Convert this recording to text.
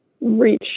reach